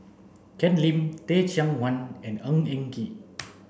Ken Lim Teh Cheang Wan and Ng Eng Kee